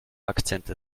akzente